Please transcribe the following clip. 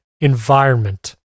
environment